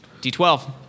D12